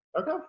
okay